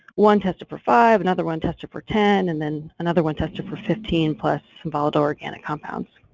one tested for five, another one tested for ten, and then another one tested for fifteen plus valid organic compounds.